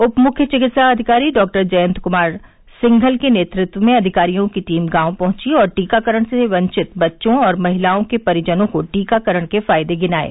उप मुख्य चिकित्साधिकारी डॉ जयंत कुमार सिंघल के नेतृत्व में अधिकारियों की टीम गांव पहुंची और टीकाकरण से वंचित बच्चों और महिलाओं के परिजनों को टीकाकरण के फायदे गिनाये